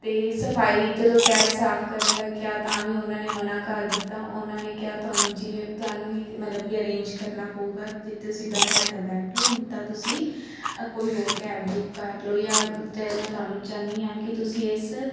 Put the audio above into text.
ਤੇ ਸਫਾਈ ਜਦੋਂ ਕੈਬ ਸਾਫ ਕਰਨ ਦਾ ਕਿਹਾ ਤਾਂ ਵੀ ਉਹਨਾਂ ਨੇ ਮਨਾ ਕਰ ਦਿੱਤਾ ਉਹਨਾਂ ਨੇ ਕਿਹਾ ਤੁਹਾਨੂੰ ਜਿਵੇਂ ਤੁਹਾਨੂੰ ਹੀ ਮਤਲਬ ਕੀ ਅਰੇਂਜ ਕਰਨਾ ਪਊਗਾ ਜਿੱਥੇ ਤੁਸੀਂ ਬਹਿਣ ਆ ਤਾਂ ਬੈਠੋ ਨੀ ਤਾਂ ਤੁਸੀਂ ਕੋਈ ਹੋਰ ਕੈਬ ਬੁੱਕ ਕਰ ਲਓ ਜਾਂ ਮੈਂ ਤੁਹਾਨੂੰ ਚਾਹੁੰਦੀ ਆ ਕੀ ਤੁਸੀਂ ਇਸ